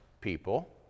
people